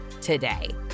today